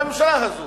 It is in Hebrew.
בממשלה הזו,